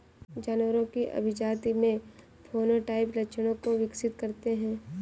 जानवरों की अभिजाती में फेनोटाइपिक लक्षणों को विकसित करते हैं